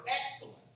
excellent